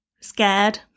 scared